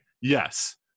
yes